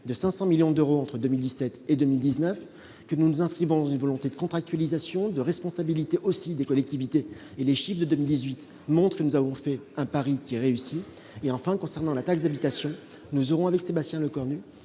de 500 millions d'euros entre 2017 et 2019 que nous nous inscrivons dans une volonté de contractualisation de responsabilité aussi des collectivités et les chiffres de 2018, montrez nous avons fait un pari qui est réussi et enfin concernant la taxe d'habitation, nous aurons avec Sébastien le corps